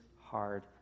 hard